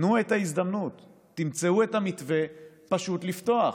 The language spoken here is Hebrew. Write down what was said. תנו את ההזדמנות, תמצאו את המתווה פשוט לפתוח.